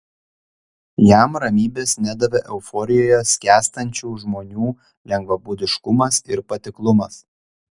jam ramybės nedavė euforijoje skęstančių žmonių lengvabūdiškumas ir patiklumas